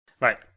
Right